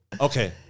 okay